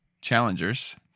Challengers